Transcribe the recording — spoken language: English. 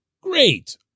Great